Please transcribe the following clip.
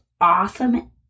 awesome